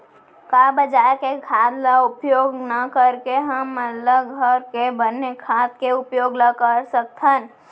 का बजार के खाद ला उपयोग न करके हमन ल घर के बने खाद के उपयोग ल कर सकथन?